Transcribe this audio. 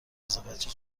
نظافتچی